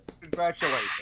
Congratulations